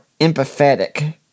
empathetic